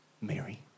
Mary